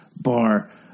bar